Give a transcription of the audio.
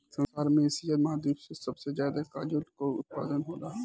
संसार में एशिया महाद्वीप से सबसे ज्यादा कागल कअ उत्पादन होला